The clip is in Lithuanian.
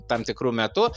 tam tikru metu